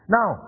Now